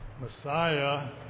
Messiah